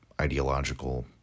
ideological